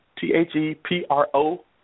T-H-E-P-R-O